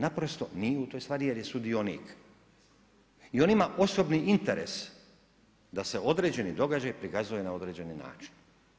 Naprosto nije u toj stvari jer je sudionik i on ima osobni interes da se određeni događaj prikazuje na određeni način.